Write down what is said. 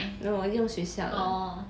no 我用学校的